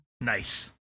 Nice